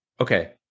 Okay